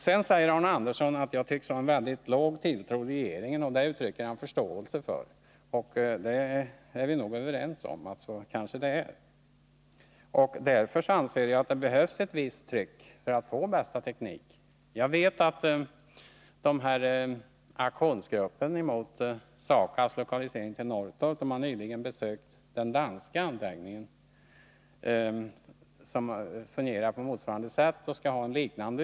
Sedan säger Arne Andersson att jag tycks ha väldigt liten tilltro till regeringen, och det uttrycker han förståelse för. Ja, vi är nog överens om hur det är med den saken. Därför anser jag att det behövs ett visst tryck för att få bästa teknik. Aktionsgruppen mot SAKAB:s lokalisering till Norrtorp har nyligen besökt den anläggning med motsvarande funktion som finns i Danmark och vars utrustning liknar den som SAKAB tänker använda.